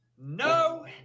No